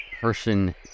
person